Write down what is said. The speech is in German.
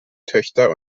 töchter